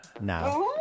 now